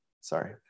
sorry